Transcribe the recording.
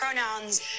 pronouns